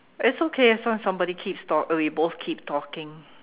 it's okay as long as somebody keeps talk we both keep talking